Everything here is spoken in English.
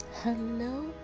Hello